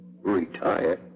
Retire